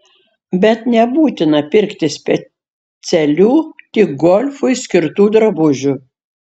bet nebūtina pirkti specialių tik golfui skirtų drabužių